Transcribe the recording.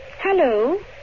Hello